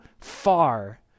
far